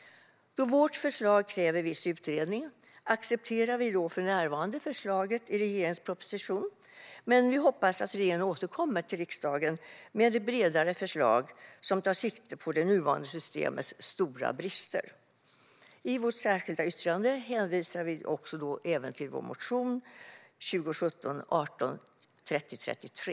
Då vårt förslag kräver viss utredning accepterar vi för närvarande förslaget i regeringens proposition, men vi hoppas att regeringen återkommer till riksdagen med ett bredare förslag som tar sikte på det nuvarande systemets stora brister. I vårt särskilda yttrande hänvisar vi även till vår motion 2017/18:3033.